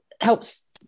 helps